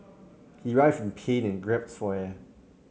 he writhed in pain and gasped for air